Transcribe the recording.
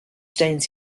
stains